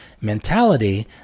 mentality